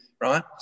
right